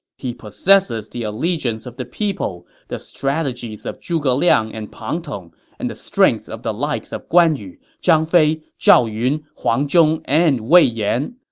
he possesses the allegiance of the people, the strategies of zhuge liang and pang tong, and the strengths of the likes of guan yu, zhang fei, zhao yun, huang zhong, and wei yan.